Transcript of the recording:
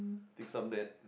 fix up that